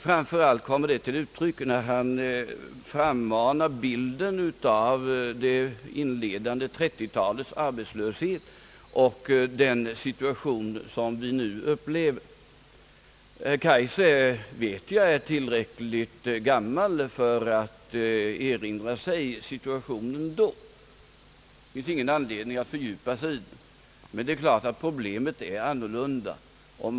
Framför allt kommer det till uttryck när han frammanar bilden av det inledande 30-talets arbetslöshet jämfört med den situation vi nu upplever. Herr Kaijser är, vet jag, tillräckligt gammal för att erinra sig förhållandena då. Det finns ingen anledning att fördjupa sig i dem, och det är klart att problemen är annorlunda nu.